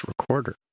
recorder